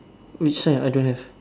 which side I don't have